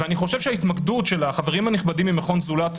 אני חושב שההתמקדות של החברים הנכבדים ממכון "זולת"